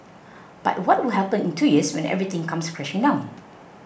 but what will happen in two years when everything comes crashing down